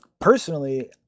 personally